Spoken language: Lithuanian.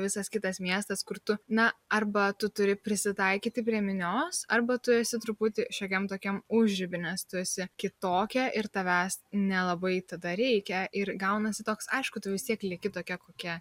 visas kitas miestas kur tu na arba tu turi prisitaikyti prie minios arba tu esi truputį šiokiam tokiam užriby nes tu esi kitokia ir tavęs nelabai tada reikia ir gaunasi toks aišku tu vis tiek lieki tokia kokia